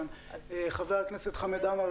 חבר הכנסת חמד עמאר,